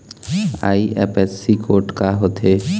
IFSC code का होथे?